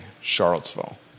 Charlottesville